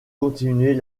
continuer